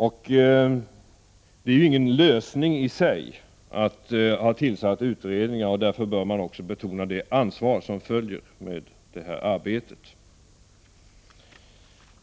Att tillsätta en utredning är ingen lösning i sig, och därför bör man också betona det ansvar som följer med detta arbete.